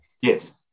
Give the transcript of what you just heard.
Yes